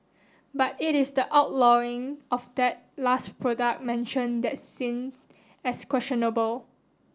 but it is the outlawing of that last product mentioned that's seen as questionable